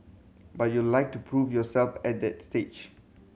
but you like to prove yourself at that stage